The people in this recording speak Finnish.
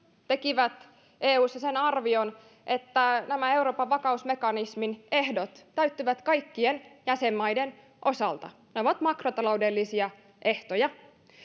tekivät eussa sen arvion että nämä euroopan vakausmekanismin ehdot täyttyvät kaikkien jäsenmaiden osalta ne ovat makrotaloudellisia ehtoja